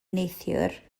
neithiwr